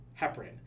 heparin